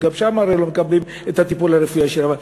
גם שם הרי לא מקבלים את הטיפול הרפואי הישיר.